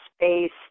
space